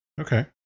Okay